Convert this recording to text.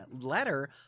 letter